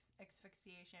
asphyxiation